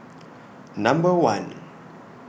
Number one